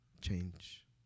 change